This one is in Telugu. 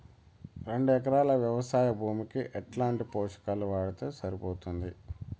రెండు ఎకరాలు వ్వవసాయ భూమికి ఎట్లాంటి పోషకాలు వాడితే సరిపోతుంది?